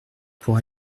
pour